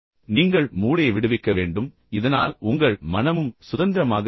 நீங்கள் மூளையை விடுவிக்க வேண்டும் இதனால் உங்கள் மனமும் சுதந்திரமாக இருக்கும்